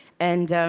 and